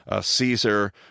Caesar